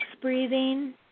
breathing